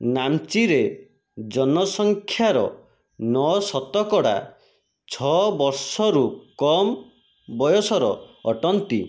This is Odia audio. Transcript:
ନାମ୍ଚିରେ ଜନସଂଖ୍ୟାର ନଅ ଶତକଡ଼ା ଛଅ ବର୍ଷରୁ କମ୍ ବୟସର ଅଟନ୍ତି